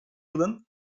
yılın